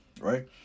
Right